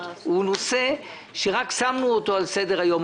הוא נושא שרק שמנו אותו על סדר היום.